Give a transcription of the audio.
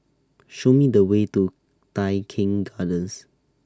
Show Me The Way to Tai Keng Gardens